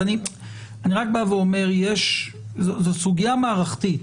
אני רק בא ואומר שזו סוגיה מערכתית.